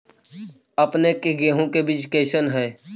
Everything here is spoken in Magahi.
अपने के गेहूं के बीज कैसन है?